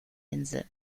insel